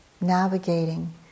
navigating